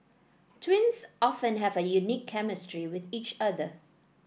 twins often have a unique chemistry with each other